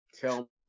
tell